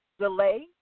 delay